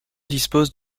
dispose